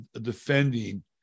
defending